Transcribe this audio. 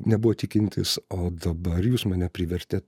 nebuvo tikintys o dabar jūs mane privertėt